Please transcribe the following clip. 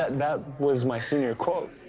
that that was my senior quote.